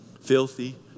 Filthy